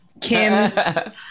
Kim